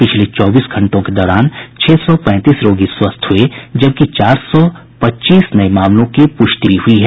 पिछले चौबीस घंटों के दौरान छह सौ पैंतीस रोगी स्वस्थ हुए हैं जबकि चार सौ पच्चीस नये मामलों की पुष्टि भी हुई है